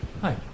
Hi